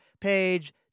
page